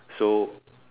so